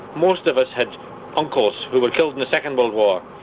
most of us had uncles who were killed in the second world war,